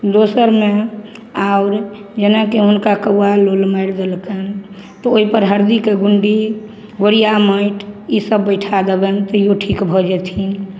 दोसरमे आब जेनाकि हुनका कौआ लोल मारि देलकनि तऽ ओहिपर हरदीके गुण्डी गोरिआ माटि ईसब बैठा देबनि तैओ ठीक भऽ जेथिन